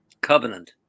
Covenant